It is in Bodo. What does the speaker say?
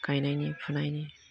गायनायनि फुनायनि